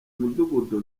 mudugudu